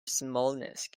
smolensk